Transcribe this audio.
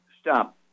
Stop